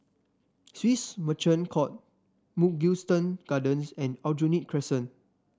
Swissotel Merchant Court Mugliston Gardens and Aljunied Crescent